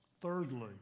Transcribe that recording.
thirdly